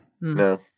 no